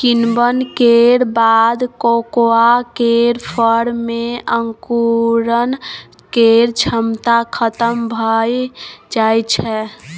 किण्वन केर बाद कोकोआ केर फर मे अंकुरण केर क्षमता खतम भए जाइ छै